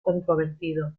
controvertido